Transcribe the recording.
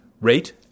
rate